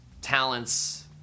talents